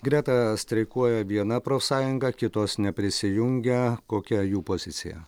greta streikuoja viena profsąjunga kitos neprisijungę kokia jų pozicija